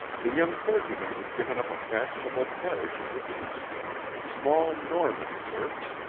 the young clergyman had given up a fashionable parish in the east small norman church,